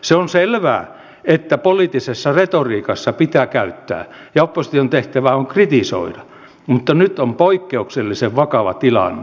se on selvää että poliittisessa retoriikassa pitää kritiikkiä käyttää ja opposition tehtävä on kritisoida mutta nyt on poikkeuksellisen vakava tilanne